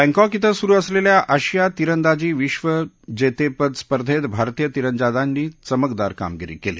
बँकाक ओ सुरु असलेल्या आशिया तिरंदाजी विधविजेतेपद स्पर्धेत भारतीय तिरंदाजांनी चमकदार कामगिरी केली